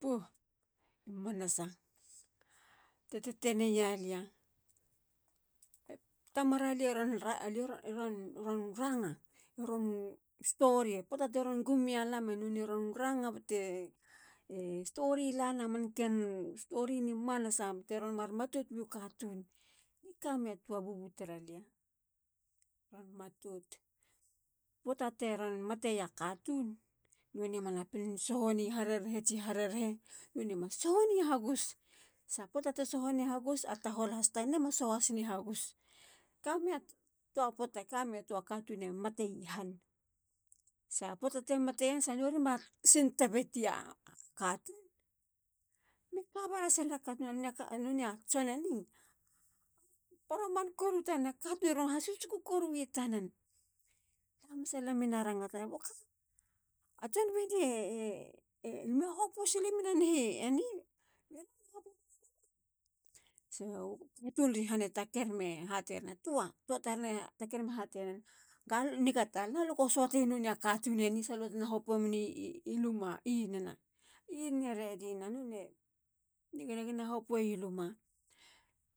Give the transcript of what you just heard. Pooh. i manasa. ti tetene yalia. e tamara lie ron ranga. ron story. a poata tiron gum ya lam a nonei a ron ranga bate story lanena manken story nimanasa. metiron mar matot wi u katun. alia i kamei a toa bubu taralia ron matot. poata teron mateya katun. nonei manapin soho nei harerehe tsi harerehe. nonei soho ne hagus. sa poata te sohoneni hagus. a tahol has tanen e mas soho has ni hagus. kameya toa poata. kameya toa katun e mate i han. sa poata te mateyen. sa nori ma sesentabe ya katun. me me kaba lasnera katun a nonei a tson eni. a poroman koro tanen. a katun e ron hasusuku koru ye tanen. La hamanasa lala mena rangatana. boka?A tson belie e limio hopu silemiyen a heni? Limio raman na hopue meni luma? Sa. u katun ri han e taker me hatenen. ga eniga talana. lu go suatei nonei a katun eni salutena hoopuwemeni lumma. inana. inane ready na. nigane ginahopueye luma.